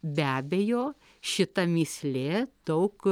be abejo šita mįslė daug